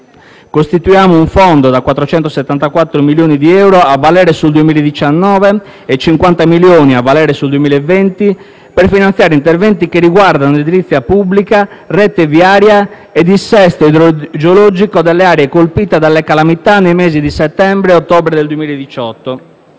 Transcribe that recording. Costituiamo inoltre un fondo da 474 milioni di euro a valere sul 2019 e 50 milioni a valere sul 2020 per finanziare interventi che riguardano edilizia pubblica, rete viaria e dissesto idrogeologico delle aree colpite dalle calamità nei mesi di settembre e ottobre 2018.